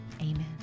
Amen